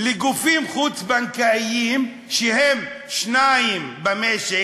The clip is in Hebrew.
שקל לגופים חוץ-בנקאיים, שהם שניים במשק,